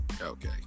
Okay